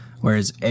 Whereas